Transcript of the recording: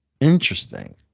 interesting